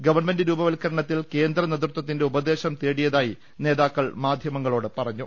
government രൂപവത്കരണത്തിൽ കേന്ദ്ര നേതൃത്വത്തിന്റെ ഉപദേശം തേടിയതായി നേതാക്കൾ മാധ്യമങ്ങളോട് പറഞ്ഞു